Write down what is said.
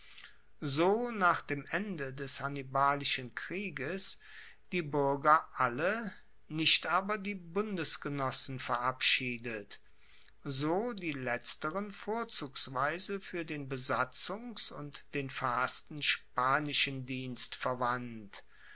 so nach dem ende des hannibalischen krieges die buerger alle nicht aber die bundesgenossen verabschiedet so die letzteren vorzugsweise fuer den besatzungs und den verhassten spanischen dienst verwandt